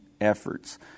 efforts